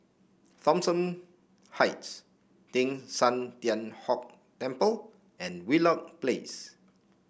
Thomson Heights Teng San Tian Hock Temple and Wheelock Place